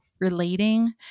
relating